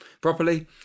properly